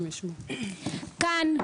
כאן,